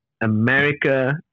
America